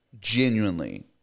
genuinely